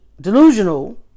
delusional